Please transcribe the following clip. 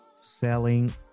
selling